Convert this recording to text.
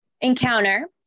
Encounter